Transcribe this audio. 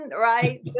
right